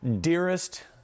dearest